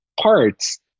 parts